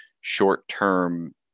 short-term